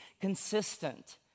consistent